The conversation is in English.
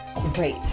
great